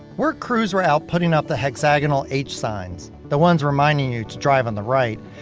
work crews were out putting out the hexagonal h signs the ones reminding you to drive on the right.